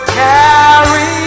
carry